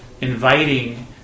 inviting